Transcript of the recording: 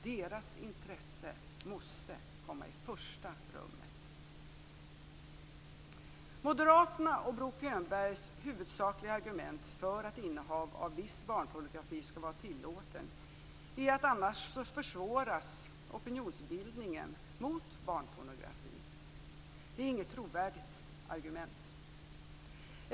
Deras intresse måste komma i första rummet. Moderaternas och Bo Könbergs huvudsakliga argument för att innehav av viss barnpornografi skall vara tillåtet är att opinionsbildningen mot barnpornografi annars försvåras. Det är inget trovärdigt argument.